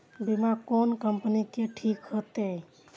बीमा कोन कम्पनी के ठीक होते?